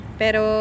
pero